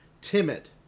timid